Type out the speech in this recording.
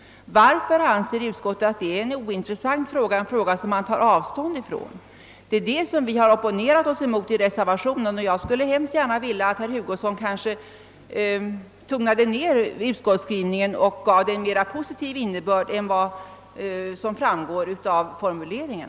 Varför anser utskottet att detta är en ointressant fråga som man tar avstånd från? Det är detta som vi opponerat oss mot i reservationen, och jag skulle gärna se att herr Hugosson tonade ner utskottets skrivning och gav denna en mer positiv innebörd än vad som framgår av formuleringen.